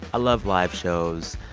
ah love live shows.